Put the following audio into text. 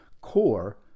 core